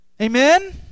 Amen